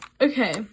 okay